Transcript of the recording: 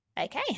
okay